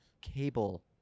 cable